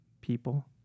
people